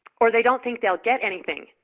or they don't think they'll get anything.